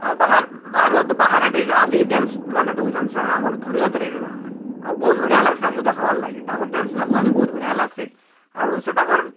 ଆଉ ବାହାର୍ ବାହାର ବାହାରେ ବି ଆସି କି ଡ୍ୟାନ୍ସମାନେ ଦଉଛନ୍ ସେ ଆମର୍ ଧନୁଯାତ୍ରାରେ ତାମାନେ ଆଉ ବହୁତ୍ ବଢ଼ିଆ ଲାଗ୍ସି ଆମକୁ ଜେଖ୍ବା ଲାଗି ତାପରେ ଡ୍ୟାନ୍ସ ଦେଖ୍ବା ଲାଗି ବହୁତ୍ ବଢ଼ିଆ ଲାଗ୍ସି ଆରୁ ସେ ତାଙ୍କର୍